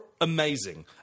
amazing